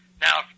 Now